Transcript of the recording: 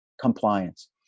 compliance